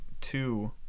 two